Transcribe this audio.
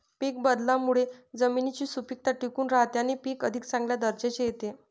पीक बदलावामुळे जमिनीची सुपीकता टिकून राहते आणि पीक अधिक चांगल्या दर्जाचे येते